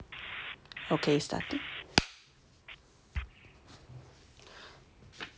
okay start